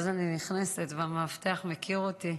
ואז אני נכנסת, והמאבטח מכיר אותי,